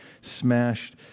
smashed